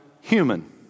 human